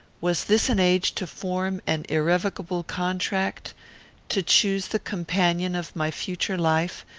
was this an age to form an irrevocable contract to choose the companion of my future life,